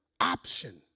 option